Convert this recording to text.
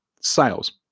sales